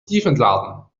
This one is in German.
tiefentladen